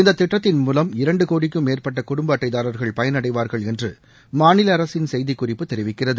இந்ததிட்டத்தின் மூலம் இரண்டுகோடிக்கும் மேற்பட்டகுடும்பஅட்டைதாரர்கள் பயனடைவார்கள் என்றுமாநிலஅரசின் செய்திக் குறிப்பு தெரிவிக்கிறது